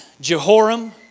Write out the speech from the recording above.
Jehoram